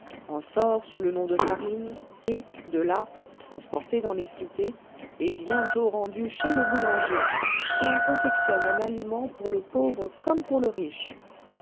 en sort sous le nom de farine et de là transporté dans les cités est bientôt rendu chez le boulanger qui en confectionne un aliment pour le pauvre comme pour le riche